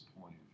point